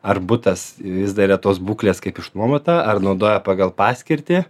ar butas vis dar yra tos būklės kaip išnuomota ar naudoja pagal paskirtį